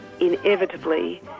inevitably